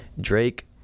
Drake